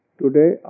today